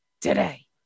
today